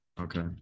Okay